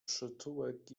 przytułek